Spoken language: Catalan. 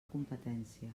competència